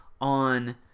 on